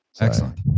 Excellent